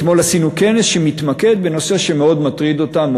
אתמול עשינו כנס שהתמקד בנושא שמאוד מטריד אותם,